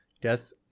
Death